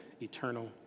eternal